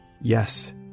Yes